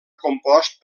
compost